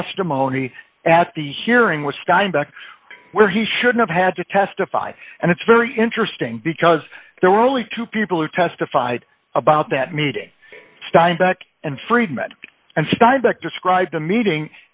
testimony at the hearing with steinbeck where he should have had to testify and it's very interesting because there were only two people who testified about that meeting steinbeck and friedman and steinbeck described the meeting